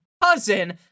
Cousin